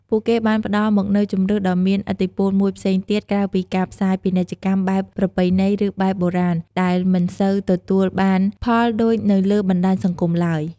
ពួកគេបានផ្ដល់មកនូវជម្រើសដ៏មានឥទ្ធិពលមួយផ្សេងទៀតក្រៅពីការផ្សាយពាណិជ្ជកម្មបែបប្រពៃណីឬបែបបុរាណដែលដែលមិនសូវទទួលបានផលដូចនៅលើបណ្ដាយសង្គមទ្បើយ។